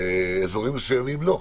ואזורים מסוימים לא?